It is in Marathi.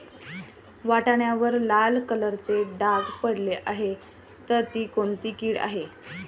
वाटाण्यावर लाल कलरचे डाग पडले आहे तर ती कोणती कीड आहे?